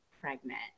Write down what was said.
pregnant